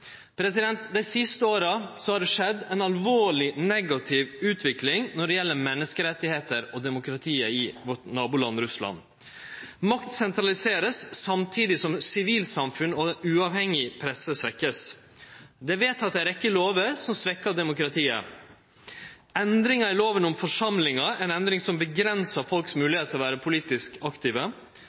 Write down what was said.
Dei siste åra har det skjedd ei alvorleg negativ utvikling når det gjeld menneskerettar og demokrati i vårt naboland Russland. Makt vert sentralisert, samtidig som sivilsamfunn og uavhengig presse vert svekte. Det er vedteke ei rekkje lover som svekkjer demokratiet: Endring i lova om forsamlingar, ei endring som avgrensar folks moglegheit til å vere politisk aktive.